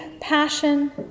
passion